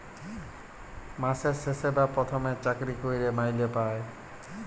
মাসের শেষে বা পথমে চাকরি ক্যইরে মাইলে পায়